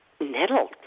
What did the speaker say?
nettle